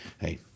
hey